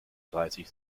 dreißig